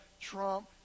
Trump